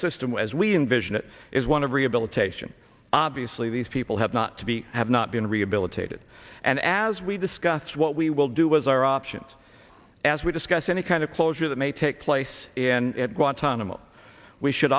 system as we envision it is one of rehabilitation obviously these people have not to be have not been rehabilitated and as we discussed what we will do was our options as we discuss any kind of closure that may take place in guantanamo we should